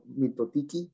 mitotiki